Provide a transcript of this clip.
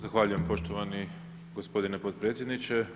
Zahvaljujem poštovani gospodine potpredsjedniče.